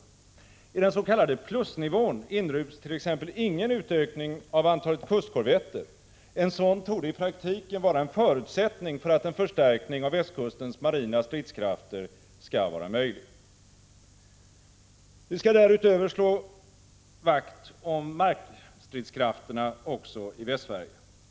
Inom ramen för den s.k. plusnivån inryms t.ex. ingen utökning av antalet kustkorvetter — en sådan torde i praktiken vara en förutsättning för att en förstärkning av västkustens marina stridskrafter skall vara möjlig. Vi skall därutöver slå vakt om markstridskrafterna också i Västsverige.